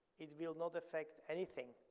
it will not affect anything.